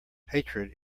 hatred